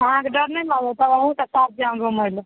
अहाँके डर नहि लागै तब अहूँ तऽ साथ जाएब घुमै ले